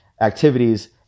activities